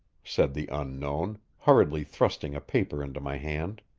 said the unknown, hurriedly thrusting a paper into my hand.